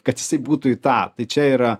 kad jisai būtų į tą tai čia yra